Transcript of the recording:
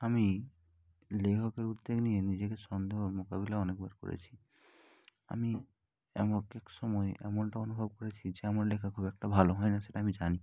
আমি লেখকের উদ্বেগ নিয়ে নিজেকে সন্দেহর মোকাবিলা অনেকবার করেছি আমি এমন এক এক সময়ে এমনটা অনুভব করেছি যে আমার লেখা খুব একটা ভালো হয় না সেটা আমি জানি